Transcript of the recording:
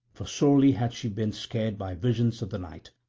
for sorely had she been scared by visions of the night.